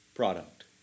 product